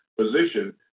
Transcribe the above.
position